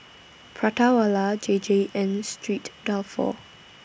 Prata Wala J J and Street Dalfour